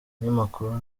umunyamakuru